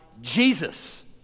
Jesus